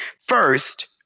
First